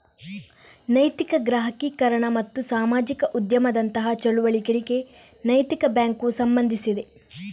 ನೈತಿಕ ಗ್ರಾಹಕೀಕರಣ ಮತ್ತು ಸಾಮಾಜಿಕ ಉದ್ಯಮದಂತಹ ಚಳುವಳಿಗಳಿಗೆ ನೈತಿಕ ಬ್ಯಾಂಕು ಸಂಬಂಧಿಸಿದೆ